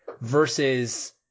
versus